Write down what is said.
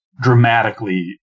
dramatically